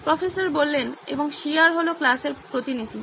professor এবং CR হল ক্লাসের প্রতিনিধি